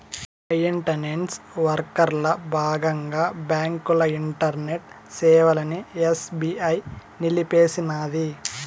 maintenance వర్కల బాగంగా బాంకుల ఇంటర్నెట్ సేవలని ఎస్బీఐ నిలిపేసినాది